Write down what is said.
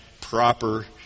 proper